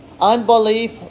Unbelief